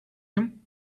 him